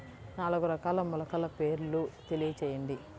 నాలుగు రకాల మొలకల పేర్లు తెలియజేయండి?